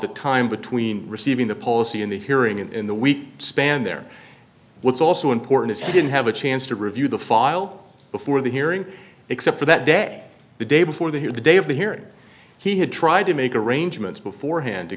the time between receiving the policy in the hearing and in the week span there what's also important is he didn't have a chance to review the file before the hearing except for that day the day before the hear the day of the here he had tried to make arrangements beforehand to